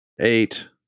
Eight